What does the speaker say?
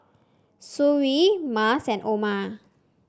Suria Mas and Umar